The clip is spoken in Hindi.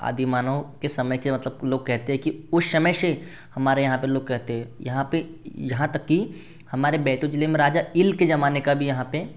आदिमानव के समय के मतलब लोग कहते हैं कि उस समय से हमारे यहाँ पर लोग कहते हैं यहाँ पर यहाँ तक कि हमारे बैतूल जिले में राजा ईल के जमाने का भी यहाँ पर